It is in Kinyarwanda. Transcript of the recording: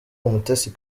umutesi